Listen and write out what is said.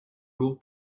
lourd